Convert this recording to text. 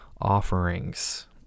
offerings